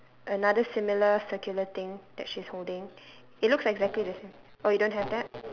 another similar circular thing that she's holding it looks exactly the same oh you don't have that